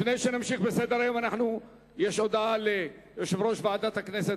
לפני שנמשיך בסדר-היום יש הודעה ליושב-ראש ועדת הכנסת,